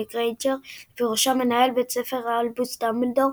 גריינג'ר ובראשם מנהל בית הספר אלבוס דמבלדור,